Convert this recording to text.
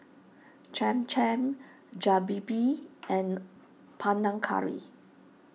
Cham Cham and Panang Curry